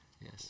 Yes